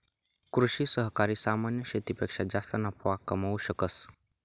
कृषि सहकारी सामान्य शेतीपेक्षा जास्त नफा कमावू शकस